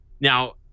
Now